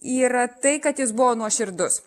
yra tai kad jis buvo nuoširdus